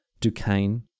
Duquesne